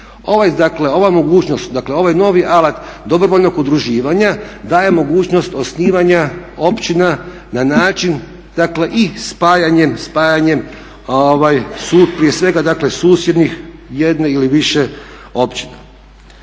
ovaj novi alat dobrovoljnog udruživanja daje mogućnost osnivanja općina na način dakle i spajanjem prije svega susjednih jedne ili više općina.